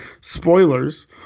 spoilers